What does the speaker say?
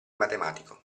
matematico